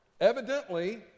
evidently